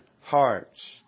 hearts